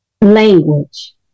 language